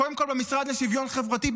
קודם כול במשרד לשוויון חברתי,